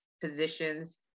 positions